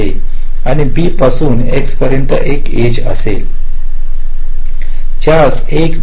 आणि b पासून x पर्यंत एक एज असेल ज्यास 1 डील आहे